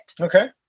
Okay